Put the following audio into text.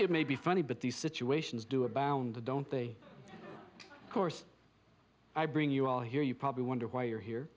it may be funny but these situations do abound the don't the course i bring you all here you probably wonder why you're here